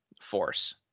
force